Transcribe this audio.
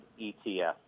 ETF